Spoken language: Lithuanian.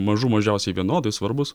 mažų mažiausiai vienodai svarbūs